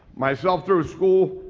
myself through school